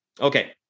Okay